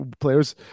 players